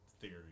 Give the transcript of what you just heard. theory